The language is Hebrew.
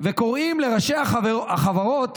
קוראים לראשי החברות